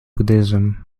buddhism